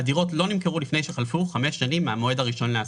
הדירות לא נמכרו לפני שחלפו חמש שנים מהמועד הראשון להשכרה.